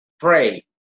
pray